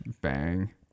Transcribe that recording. bang